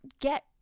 get